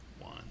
One